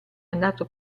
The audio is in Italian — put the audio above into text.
andato